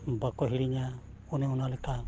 ᱵᱟᱠᱚ ᱦᱤᱲᱤᱧᱟ ᱚᱱᱮ ᱚᱱᱟ ᱞᱮᱠᱟ